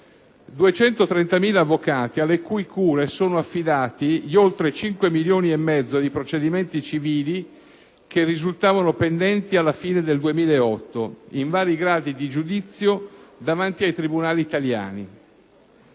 230.000 avvocati alle cui cure sono affidati gli oltre 5 milioni e mezzo di procedimenti civili che risultavano pendenti alla fine del 2008, in vari gradi di giudizio, davanti ai tribunali italiani.